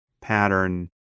pattern